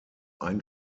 ein